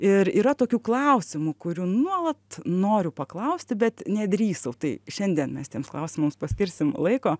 ir yra tokių klausimų kurių nuolat noriu paklausti bet nedrįsau tai šiandien mes tiems klausimams paskirsim laiko